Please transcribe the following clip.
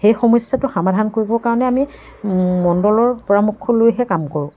সেই সমস্যাটো সমাধান কৰিবৰ কাৰণে আমি মণ্ডলৰ পৰামৰ্শ লৈহে কাম কৰোঁ